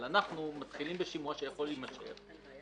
אבל אנחנו מתחילים בשימוע שיכול להימשך זמן מה.